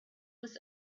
was